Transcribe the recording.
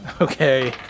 Okay